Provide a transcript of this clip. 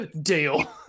Deal